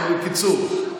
אבל בקיצור,